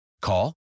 Call